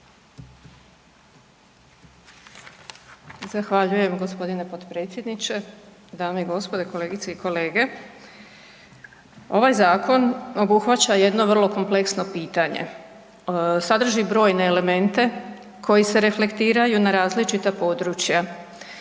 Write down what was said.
Zahvaljujem g. potpredsjedniče, dame i gospodo, kolegice i kolege. Ovaj zakon obuhvaća jedno vrlo kompleksno pitanje. Sadrži brojne elemente koji se reflektiraju na različita područja